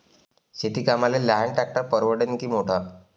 शेती कामाले लहान ट्रॅक्टर परवडीनं की मोठं?